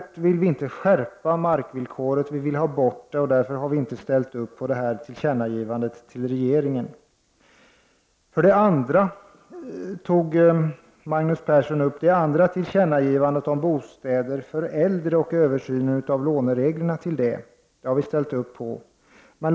Vi vill däremot inte skärpa markvillkoret, utan vi vill ha bort det. Vi har därför inte ställt oss bakom tillkännagivandet till regeringen. För det andra tog Magnus Persson upp tillkännagivandet om bostäder för äldre och översynen av lånereglerna för sådana. Det har vi i centerpartiet ställt oss bakom.